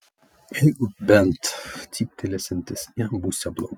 jeigu bent cyptelėsiantis jam būsią blogai